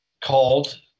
called